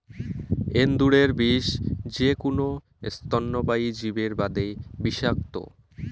এন্দুরের বিষ যেকুনো স্তন্যপায়ী জীবের বাদে বিষাক্ত,